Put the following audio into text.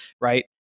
Right